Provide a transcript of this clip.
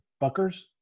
Buckers